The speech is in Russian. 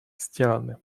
сделаны